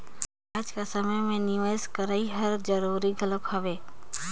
आएज कर समे में निवेस करई हर जरूरी घलो हवे